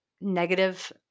negative